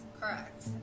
Correct